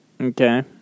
Okay